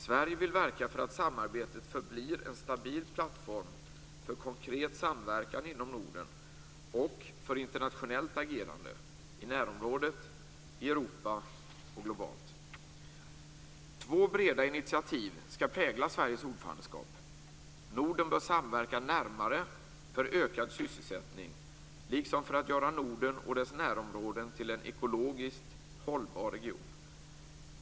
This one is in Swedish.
Sverige vill verka för att samarbetet förblir en stabil plattform för konkret samverkan inom Norden och för internationellt agerande - i närområdet, i Europa och globalt. Två breda initiativ skall prägla Sveriges ordförandeskap. Norden bör samverka närmare för ökad sysselsättning liksom för att göra Norden och dess närområden till en ekologiskt hållbar region.